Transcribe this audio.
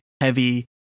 heavy